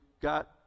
Got